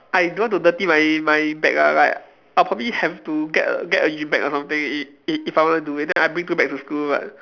I don't want to dirty my my bag lah like I probably have to get a get a gym bag or something if if I want to do then I bring two bags to school but